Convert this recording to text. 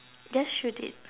just shoot it